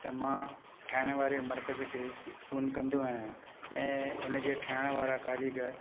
त मां ठाहिण वारे मर्कज़ खे फ़ोन कंदो आहियां ऐं हुनजे ठाइण वारा कारीगर